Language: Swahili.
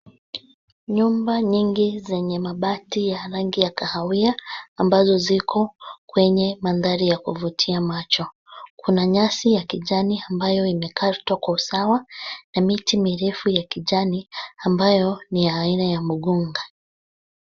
Nyumba nyingi zenye mabati ya rangi ya kahawia ambazo ziko kwenye mandhari ya kuvutia macho. Kuna nyasi ya kijani ambayo imekatwa kwa usawa na miti mirefu ya kijani ambayo ni ya aina ya mgunga.